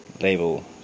label